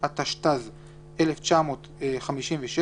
התשט"ז-1956,